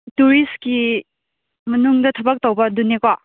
ꯇꯨꯔꯤꯁꯀꯤ ꯃꯅꯨꯡꯗ ꯊꯕꯛ ꯇꯧꯕ ꯑꯗꯨꯅꯤꯀꯣ